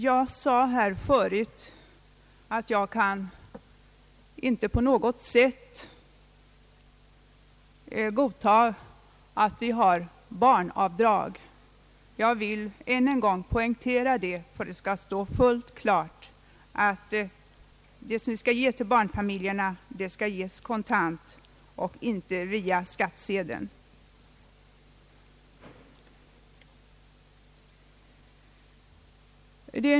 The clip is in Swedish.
Jag sade här förut att jag inte på något sätt kan godta barnavdrag. Jag vill än en gång poängtera detta så att det står fullt klart att det som skall ges till barnfamiljerna skall ges kontant och inte via skattsedeln.